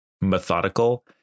methodical